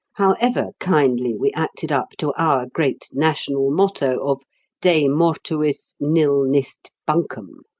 however kindly we acted up to our great national motto of de mortuis nil nist bunkum.